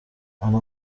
آنها